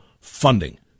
funding